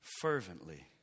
fervently